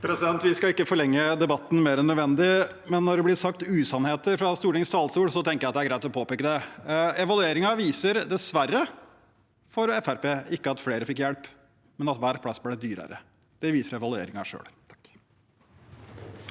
Vi skal ikke forlenge debatten mer enn nødvendig, men når det blir sagt usannheter fra Stortingets talerstol, tenker jeg det er greit å påpeke det. Evalueringen viser, dessverre for Fremskrittspartiet, ikke at flere fikk hjelp, men at hver plass ble dyrere. Det viser evalueringen.